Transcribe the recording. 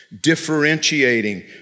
differentiating